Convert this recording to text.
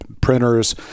printers